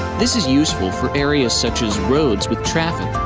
this is useful for areas such as roads with traffic,